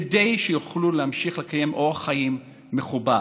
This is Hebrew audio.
כדי שיוכלו להמשיך לקיים אורח חיים מכובד.